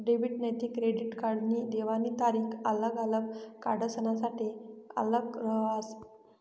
debit नैते credit कार्डनी देवानी तारीख आल्लग आल्लग कार्डसनासाठे आल्लग रहास